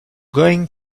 going